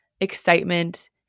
excitement